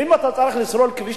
ואם אתה צריך לסלול כביש,